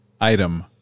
item